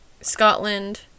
Scotland